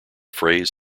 phrase